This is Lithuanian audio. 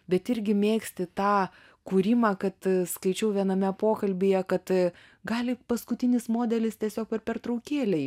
bet irgi mėgsti tą kūrimą kad skaičiau viename pokalbyje kad gali paskutinis modelis tiesiog per pertraukėlę